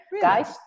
Guys